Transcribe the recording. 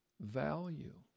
value